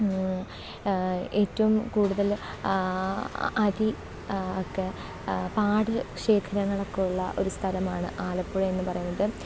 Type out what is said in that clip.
ഏറ്റവും കൂടുതൽ അതി കെ പാടശേഖരങ്ങളൊക്കെ ഉള്ള ഒരു സ്ഥലമാണ് ആലപ്പുഴ എന്ന് പറയുന്നത്